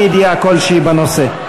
אין ידיעה כלשהי בנושא.